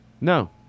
No